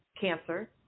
cancer